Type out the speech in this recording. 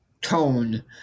tone